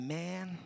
man